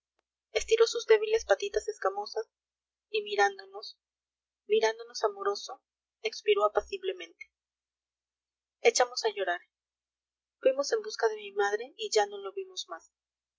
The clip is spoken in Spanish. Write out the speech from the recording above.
estiró sus débiles patitas escamosas y mirándonos mirándonos amoroso expiró apaciblemente echamos a llorar fuimos en busca de mi madre y ya no lo vimos más